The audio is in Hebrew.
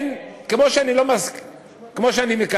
כמו שאני מקבל,